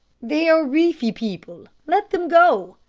they are riffi people let them go,